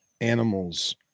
animals